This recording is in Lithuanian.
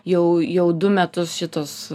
jau jau du metus šitos